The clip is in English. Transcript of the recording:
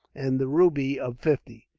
and the ruby, of fifty.